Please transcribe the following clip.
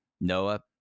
Noah